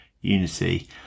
unity